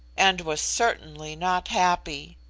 and was certainly not happy.